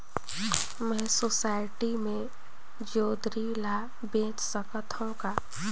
मैं सोसायटी मे जोंदरी ला बेच सकत हो का?